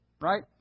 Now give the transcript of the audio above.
Right